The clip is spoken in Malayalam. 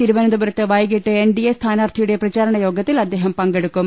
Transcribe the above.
തിരുവനന്തപുരത്ത് വൈകിട്ട് എൻ ഡി എ സ്ഥാനാർത്ഥിയുടെ പ്രചാരണയോഗത്തിൽ അദ്ദേഹം പങ്കെടുക്കും